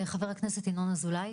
חבר הכנסת ינון אזולאי.